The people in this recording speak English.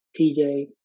TJ